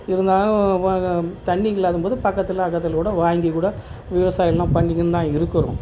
இருந்தாலும் தண்ணி இல்லாதம்போது பக்கத்தில் அக்கத்தில் கூட வாங்கி கூட விவசாயம்லாம் பண்ணிக்கினு தான் இருக்கிறோம்